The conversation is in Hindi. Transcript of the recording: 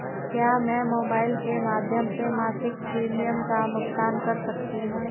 क्या मैं मोबाइल के माध्यम से मासिक प्रिमियम का भुगतान कर सकती हूँ?